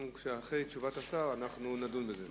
אחרי תשובת השר אנחנו נדון בזה.